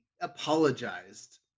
apologized